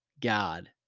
God